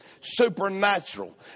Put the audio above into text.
supernatural